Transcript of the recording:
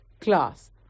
Class